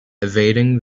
evading